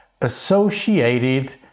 associated